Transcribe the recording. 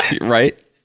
Right